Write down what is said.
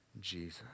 Jesus